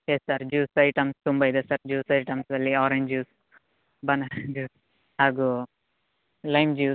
S sir juice items ತುಂಬ ಇದೆ sir juice ಐಟಮ್ಸಲ್ಲಿ ಆರೆಂಜ್ ಜ್ಯುಸ್ ಬನಾನ ಜ್ಯುಸ್ ಹಾಗು ಲೈಮ್ ಜ್ಯುಸ್